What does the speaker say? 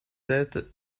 sept